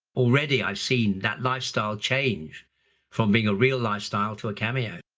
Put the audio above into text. already i've seen that lifestyle change from being a real lifestyle to a cameo.